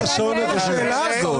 --- מה הבעיה לענות על השאלה הזאת.